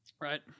Right